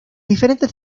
diferentes